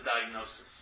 diagnosis